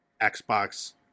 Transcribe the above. xbox